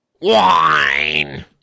Wine